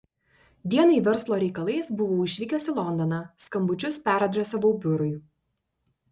dienai verslo reikalais buvau išvykęs į londoną skambučius peradresavau biurui